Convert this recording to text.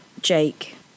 Jake